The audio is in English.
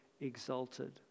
exalted